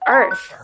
earth